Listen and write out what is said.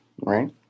right